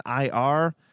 IR